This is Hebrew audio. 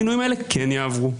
המינויים האלה כן יעברו,